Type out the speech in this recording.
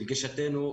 לגישתנו,